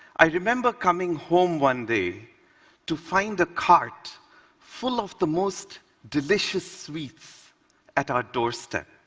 i remember coming home one day to find a cart full of the most delicious sweets at our doorstep.